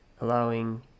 allowing